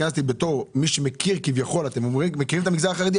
בתור מי שמעיד על עצמו שמכיר את המגזר החרדי.